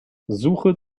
suche